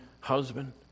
husband